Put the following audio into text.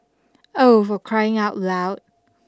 oh for crying out loud